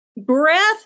Breath